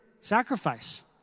sacrifice